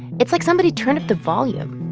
it's like somebody turned up the volume,